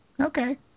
Okay